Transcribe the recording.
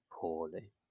poorly